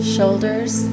shoulders